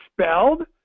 spelled